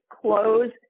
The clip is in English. close